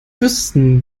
wüssten